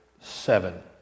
seven